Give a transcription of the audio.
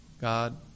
God